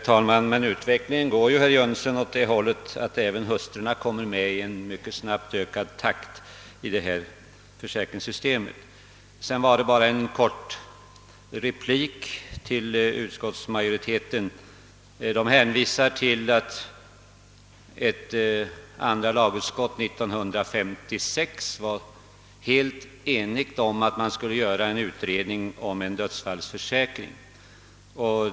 Herr talman! Utvecklingen går ju, herr Jönsson i Ingemarsgården, åt det hållet att även hustrurna i snabb takt kommer med i detta försäkringssystem. Bara en kort replik till utskottsmajoriteten! Den hänvisar till att andra lagutskottet 1956 var helt enigt om att man skulle göra en utredning om en dödsfallsförsäkring.